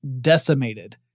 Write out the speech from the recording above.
decimated